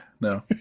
No